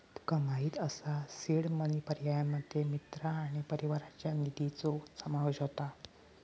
तुका माहित असा seed money पर्यायांमध्ये मित्र आणि परिवाराच्या निधीचो समावेश होता